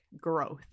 growth